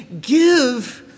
give